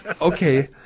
Okay